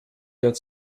dat